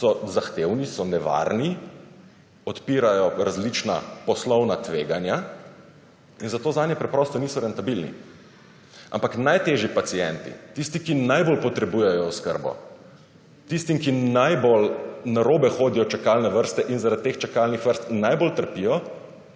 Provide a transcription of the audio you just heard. so zahtevni, so nevarni, odpirajo različna poslovna tveganja in zato zanje preprosto niso rentabilni. Ampak najtežji pacienti, tisti, ki najbolj potrebujejo oskrbo, tistim, ki najbolj narobe hodijo čakalne vrste in zaradi teh čakalnih vrst najbolj trpijo,